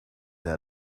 out